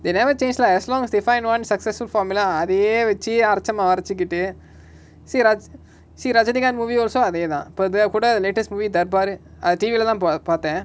they never change lah as long as they find one successful formula அதே வச்சு அரச்ச மாவ அரச்சிகிட்டு:athe vachu aracha mava arachikittu see raj~ see rajanikhanth movie also அதேதா இப்ப:athetha ippa the கூட:kooda latest movie dharbar uh அது:athu T_V lah தா:tha po~ அத பாத்த:atha paatha